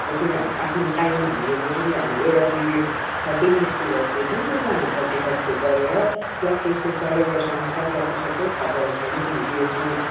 जसरी हाम आफ्नो टाइम हामीले जसरी हामी एउटा पिरियड थर्टी मिनटको गर्दै थियौँ त्यसलाई हामी थर्टी फाइभको गरेर प्लस त्यसको सिलेबसअनुसार जतिसक्दो कभरअप गर्ने किनकि यसमा